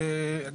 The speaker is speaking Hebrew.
כן.